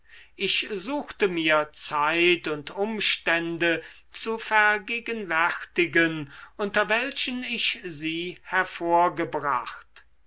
ich suchte mir zeit und umstände zu vergegenwärtigen unter welchen ich sie hervorgebracht